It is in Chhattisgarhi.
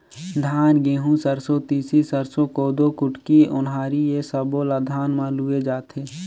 धान, गहूँ, सरसो, तिसी, सरसो, कोदो, कुटकी, ओन्हारी ए सब्बो ल धान म लूए जाथे